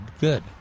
good